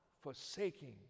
Forsaking